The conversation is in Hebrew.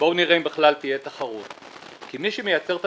בואו נראה אם בכלל תהיה תחרות כי מי שמייצר את